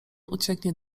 ucieknie